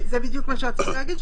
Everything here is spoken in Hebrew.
זה בדיוק מה שרציתי להגיד,